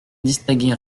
distinguait